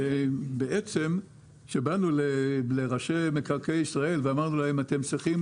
בעצם כשבאנו לראשי מקרקעי ישראל ואמרנו להם: אתם צריכים